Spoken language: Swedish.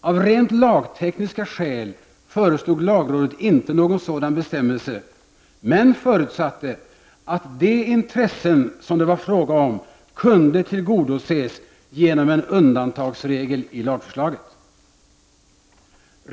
Av rent lagtekniska skäl föreslog lagrådet inte någon sådan bestämmelse men förutsatte att de intressen som det var fråga om kunde tillgodoses genom en undantagsregel i lagförslaget.